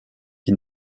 qui